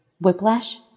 whiplash